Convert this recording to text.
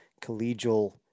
collegial